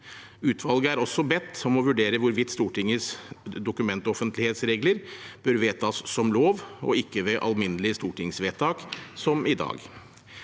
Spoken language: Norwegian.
Utvalget er også bedt om å vurdere hvorvidt Stortingets dokumentoffentlighetsregler bør vedtas som lov, og ikke ved alminnelig stortingsvedtak, som i dag.